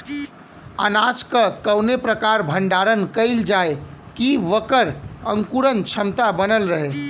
अनाज क कवने प्रकार भण्डारण कइल जाय कि वोकर अंकुरण क्षमता बनल रहे?